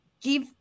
give